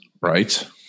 right